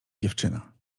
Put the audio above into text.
dziewczyna